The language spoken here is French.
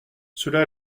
cela